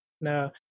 No